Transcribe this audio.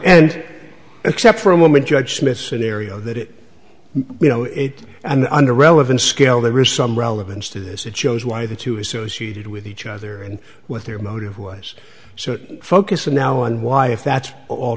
and except for a woman judge smith scenario that we know it and under relevant scale the wrist some relevance to this it shows why the two associated with each other and what their motive was so focused on now and why if that's